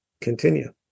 continue